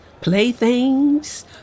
playthings